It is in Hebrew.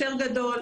וכן הלאה.